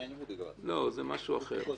לא, זה משהו אחר.